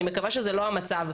אני מקווה שזה לא המצב.